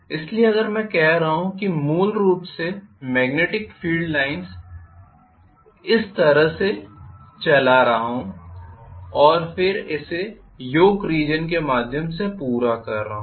इसलिए अगर मैं कह रहा हूं कि मैं मूल रूप से मेग्नेटिक फील्ड लाइन्स इस तरह से चला रहा हूं और फिर इसे योक रीजन के माध्यम से पूरा कर रहा हूं